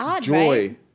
joy